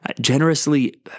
generously